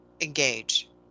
engage